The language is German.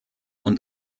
und